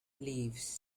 leaves